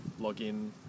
login